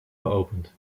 geopend